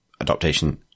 adaptation